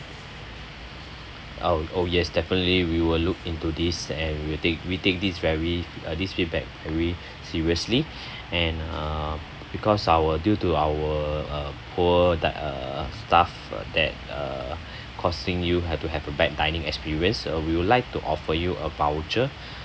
oh oh yes definitely we will look into this and will take we take this very uh this feedback very seriously and uh because our due to our uh poor that uh staff that uh causing you have to have a bad dining experience uh we would like to offer you a voucher